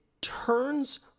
turns